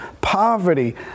poverty